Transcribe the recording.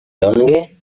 longe